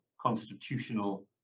constitutional